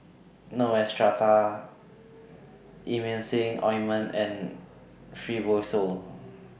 Neostrata Emulsying Ointment and Fibrosol